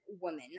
woman